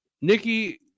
Nikki